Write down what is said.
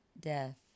death